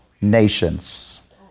Nations